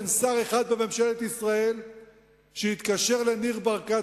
אין שר אחד בממשלת ישראל שהתקשר לניר ברקת,